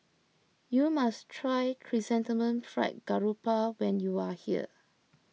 you must try Chrysanthemum Fried Garoupa when you are here